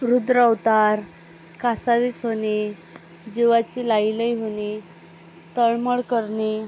रुद्र अवतार कासावीस होणे जिवाची लाहीलाही होणे तळमळ करणे